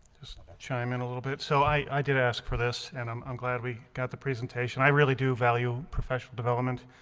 just chime in a little bit, so i did ask for this and i'm i'm glad we got the presentation i really do value professional development,